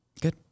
Good